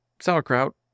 sauerkraut